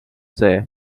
see